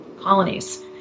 colonies